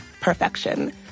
perfection